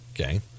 Okay